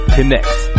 Connects